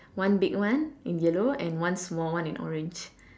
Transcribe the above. one big one in yellow and one small one in orange